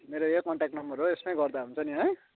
मेरो यही contact number हो यसमै गर्दा हुन्छ नि है